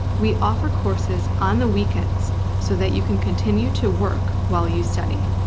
we offer courses on the weekends so that you can continue to work while you study.